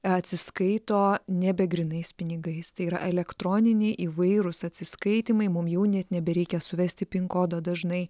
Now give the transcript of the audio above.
atsiskaito nebe grynais pinigais tai yra elektroniniai įvairūs atsiskaitymai mum jau net nebereikia suvesti pin kodo dažnai